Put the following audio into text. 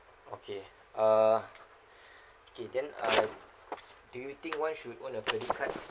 okay uh okay then I do you think one should own a credit card